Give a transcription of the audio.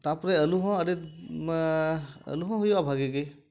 ᱛᱟᱯᱚᱨᱮ ᱟᱹᱞᱩ ᱦᱚᱸ ᱟᱹᱰᱤ ᱟᱹᱞᱩ ᱦᱚᱸ ᱦᱩᱭᱩᱜᱼᱟ ᱵᱷᱟᱜᱮᱜᱮ